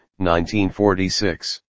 1946